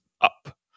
up